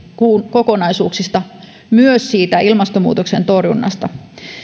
kokonaisuuksista myös siitä ilmastonmuutoksen torjunnasta